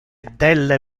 delle